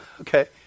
Okay